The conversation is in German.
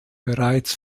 bereits